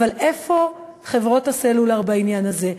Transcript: אבל איפה חברות הסלולר בעניין הזה?